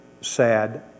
sad